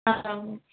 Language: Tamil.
ஆ அவ்